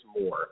more